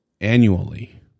annually